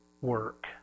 work